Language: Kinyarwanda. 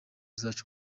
zacu